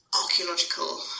archaeological